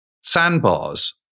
sandbars